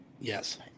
yes